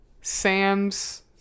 Sam's